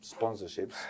sponsorships